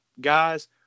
guys